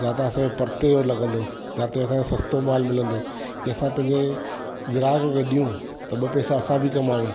जितां असां खे परिते हो लॻंदो जिते असां खे सस्तो मालु मिलंदो की असां पंहिंजे ग्राहक खे ॾियूं त ॿ पैसा असां बि कमायूं